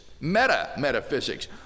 meta-metaphysics